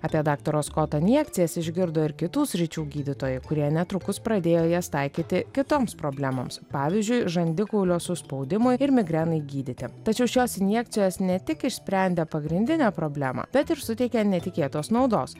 apie daktaro skoto injekcijas išgirdo ir kitų sričių gydytojai kurie netrukus pradėjo jas taikyti kitoms problemoms pavyzdžiui žandikaulio suspaudimui ir migrenai gydyti tačiau šios injekcijos ne tik išsprendė pagrindinę problemą bet ir suteikė netikėtos naudos